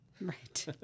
Right